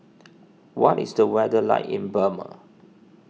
what is the weather like in Burma